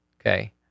Okay